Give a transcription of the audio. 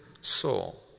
soul